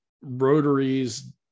rotaries